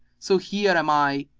so here am i,